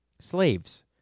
Slaves